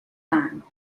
time